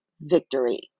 victory